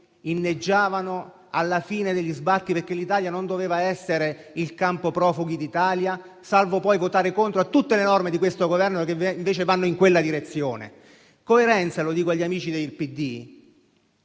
inneggiavano alla fine degli sbarchi, perché l'Italia non doveva essere il campo profughi d'Italia, salvo poi votare contro tutte le norme di questo Governo che invece vanno in quella direzione. Coerenza - lo dico agli amici del PD